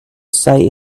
say